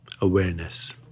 awareness